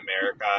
America